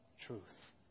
truth